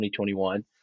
2021